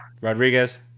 Rodriguez